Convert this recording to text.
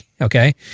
okay